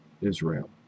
Israel